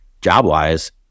job-wise